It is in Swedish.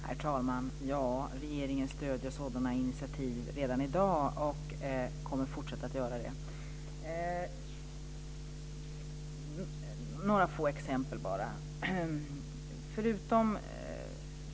Herr talman! Ja, regeringen stöder sådana initiativ redan i dag och kommer att fortsätta att göra det. Låt mig ge några få exempel.